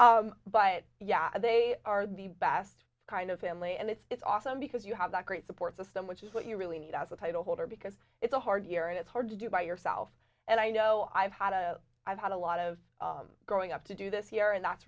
neiers but yeah they are the best kind of family and it's awesome because you have that great support system which is what you really need as a title holder because it's a hard year and it's hard to do by yourself and i know i've had a i've had a lot of growing up to do this year and that's